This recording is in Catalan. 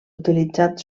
utilitzat